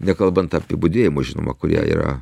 nekalbant apie budėjimus žinoma kurie yra